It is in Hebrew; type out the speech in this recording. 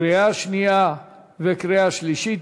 לקריאה שנייה וקריאה שלישית,